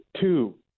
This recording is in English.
two